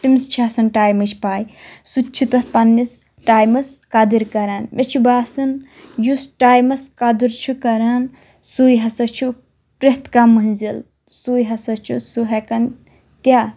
تٔمِس چھِ آسان ٹایمٕچ پاے سُہ تہِ چھُ تَتھ پَننِس ٹایمَس قدٕر کَران مےٚ چھُ باسان یُس ٹایمَس قدٕر چھُ کَران سُے ہَسا چھُ پرٛیٚتھ کانٛہہ مٔنزِل سُے ہَسا چھُ سُہ ہیٚکان کیاہ